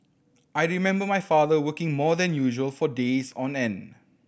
I remember my father working more than usual for days on end